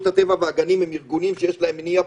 הטבע והגנים הם ארגונים שיש להם מניע פוליטי,